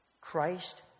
Christ